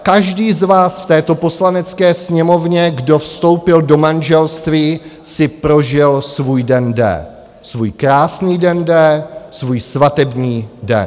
Každý z vás v této Poslanecké sněmovně, kdo vstoupil do manželství, si prožil svůj den D, svůj krásný den D, svůj svatební den.